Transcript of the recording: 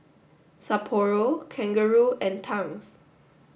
Sapporo Kangaroo and Tangs